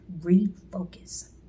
Refocus